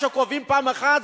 מה שקובעים פעם אחת,